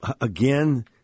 Again